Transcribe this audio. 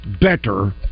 Better